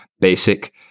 basic